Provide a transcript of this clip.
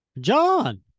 John